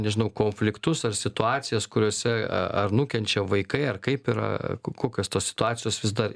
nežinau konfliktus ar situacijas kuriose a ar nukenčia vaikai ar kaip yra kokios tos situacijos vis dar